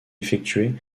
effectué